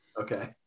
okay